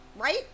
right